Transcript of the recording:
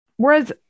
Whereas